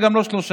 וגם לא שלושה,